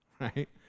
Right